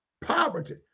poverty